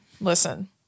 Listen